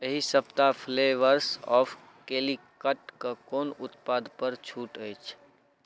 एहि सप्ताह flavours of Calicut के कोन ऊत्पाद पर छूट अछि